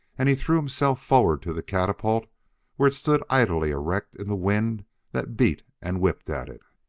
and he threw himself forward to the catapult where it stood idly erect in the wind that beat and whipped at it.